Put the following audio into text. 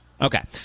Okay